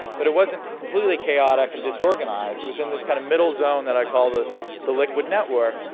but it wasn't completely chaotic and disorganized. it was in this kind of middle zone that i call the the liquid network,